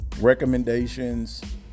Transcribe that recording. recommendations